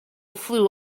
flew